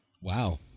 wow